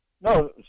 No